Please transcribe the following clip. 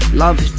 love